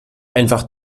einfach